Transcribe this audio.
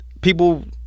people